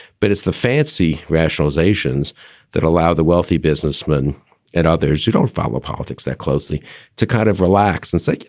but it's the fancy rationalizations that allow the wealthy businessman and others who don't follow politics that closely to kind of relax and say,